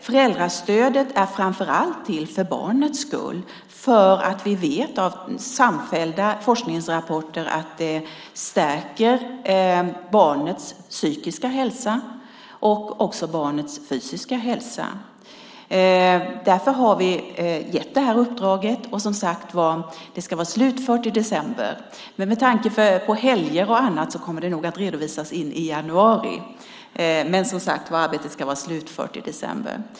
Föräldrastödet är framför allt till för barnets skull, för vi vet av samfällda forskningsrapporter att det stärker barnets psykiska hälsa och också barnets fysiska hälsa. Därför har vi gett det här uppdraget som ska vara slutfört i december. Med tanke på helger och annat kommer det nog att redovisas en bit in i januari, men som sagt var ska arbetet vara slutfört i december.